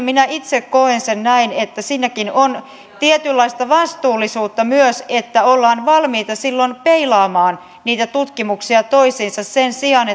minä itse koen sen näin että siinäkin on tietynlaista vastuullisuutta myös että ollaan valmiita silloin peilaamaan niitä tutkimuksia toisiinsa sen sijaan